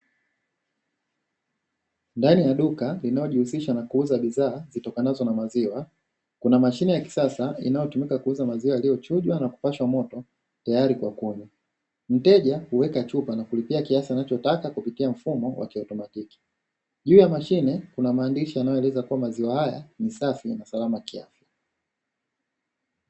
Ndani ya duka linalojihusisha na kuuza bidhaa zitokanazo na maziwa kuna mashine ya kisasa inatumika kuuza maziwa yaliyo chugwa na kupashwa moto tayari kwa kunywa. Mteja huweka chupa na kulipia kiasi anachotaka kupitia mfumo wa kieletroniki, juu ya mashine kuna maandishi yanayo eleza maziwa hayo ni safi na salama kiafya.